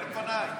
הרבה לפניי.